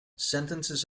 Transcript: sentences